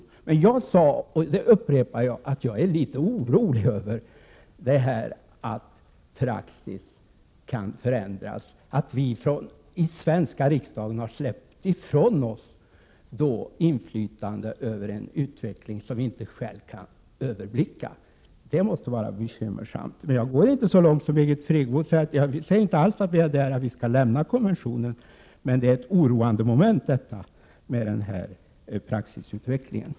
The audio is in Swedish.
Jag sade i mitt tidigare inlägg, och det upprepar jag, att jag är litet oroad över att praxis kan förändras, att vi i svenska riksdagen har släppt ifrån oss inflytandet över en utveckling som vi inte själva kan överblicka. Det är bekymmersamt, men jag går inte så långt som Birgit Friggebo. Jag menar inte alls att vi skall lämna konventionen, men praxisutvecklingen är ett oroande moment.